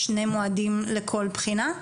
יש שני מועדים לכל בחינה?